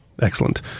Excellent